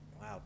wow